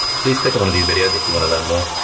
please click on one of these videos if you wanna learn more.